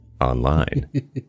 Online